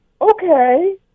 Okay